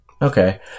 Okay